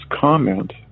comment